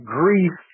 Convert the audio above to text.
grief